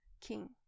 King